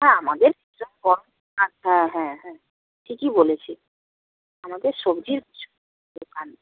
হ্যাঁ আমাদের যা হ্যাঁ হ্যাঁ হ্যাঁ ঠিকই বলেছে আমাদের সবজির দোকান